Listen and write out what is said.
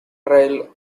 trial